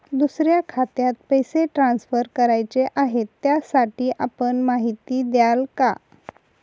दुसऱ्या खात्यात पैसे ट्रान्सफर करायचे आहेत, त्यासाठी आपण माहिती द्याल का?